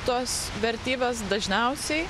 tos vertybės dažniausiai